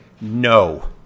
no